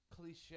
cliche